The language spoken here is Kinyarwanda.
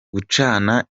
gucana